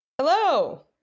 Hello